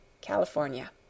California